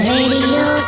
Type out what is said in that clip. Radio